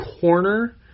corner